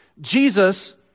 Jesus